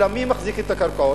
אבל מי מחזיק את הקרקעות?